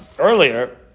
earlier